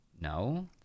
no